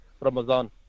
Ramadan